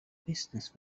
business